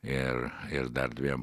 ir ir dar dviem